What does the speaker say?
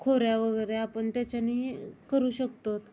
खोऱ्या वगैरे आपण त्याच्याने करू शकतो